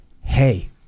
hey